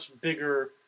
bigger –